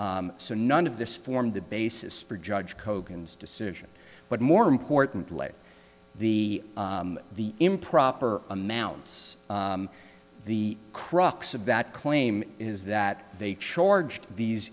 so none of this formed the basis for judge kogan decision but more importantly the the improper amounts the crux of that claim is that they charged these